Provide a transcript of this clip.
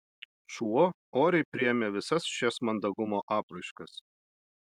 šuo oriai priėmė visas šias mandagumo apraiškas